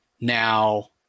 Now